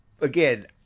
again